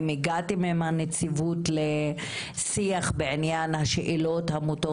האם הגעתם עם הנציבות לשיח בעניין השאלות המוטות?